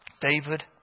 David